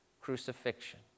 crucifixion